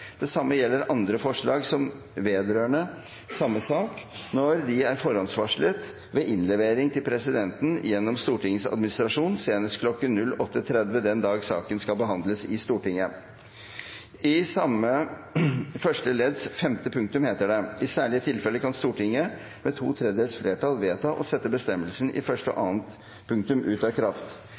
Det samme gjelder andre forslag vedrørende samme sak når de er forhåndsvarslet ved innlevering til presidenten gjennom Stortingets administrasjon senest kl. 08.30 den dag saken skal behandles i Stortinget.» I samme første ledds femte punktum heter det: «I særlige tilfeller kan Stortinget med to tredjedels flertall vedta å sette bestemmelsene i første og annet punktum ut av kraft.»